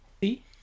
See